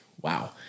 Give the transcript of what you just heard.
wow